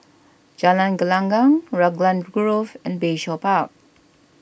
Jalan Gelenggang Raglan Grove and Bayshore Park